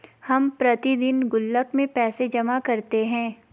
हम प्रतिदिन गुल्लक में पैसे जमा करते है